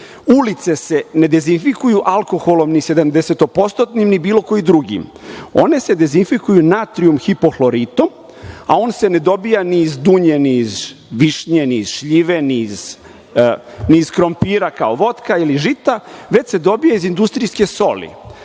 Ulice se ne dezinfikuju alkoholom ni 70% ni bilo kojim drugim. One se dezinfikuju natrijum hipohloritom, a on se ne dobija ni iz dunje, ni iz višnje, ni iz šljive, ni iz krompira kao votka, ili žita, već se dobija iz industrijske soli,